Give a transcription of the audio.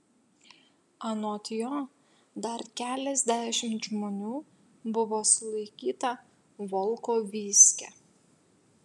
anot jo dar keliasdešimt žmonių buvo sulaikyta volkovyske